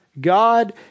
God